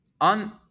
On